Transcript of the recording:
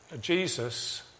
Jesus